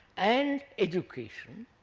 and education,